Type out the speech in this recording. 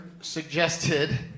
suggested